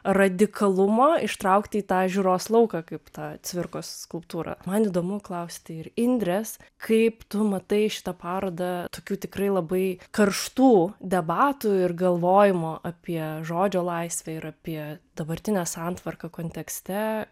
radikalumo ištraukti į tą žiūros lauką kaip tą cvirkos skulptūrą man įdomu klausti ir indrės kaip tu matai šitą parodą tokių tikrai labai karštų debatų ir galvojimo apie žodžio laisvę ir apie dabartinę santvarką kontekste